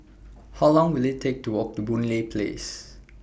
How Long Will IT Take to Walk to Boon Lay Place